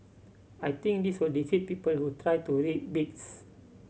I think this will defeat people who try to rig bids